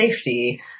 safety